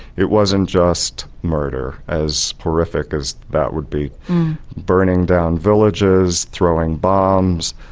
it wasn't just murder, as horrific as that would be burning down villages, throwing bombs,